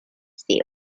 seal